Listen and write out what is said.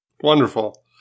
Wonderful